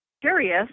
curious